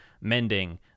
mending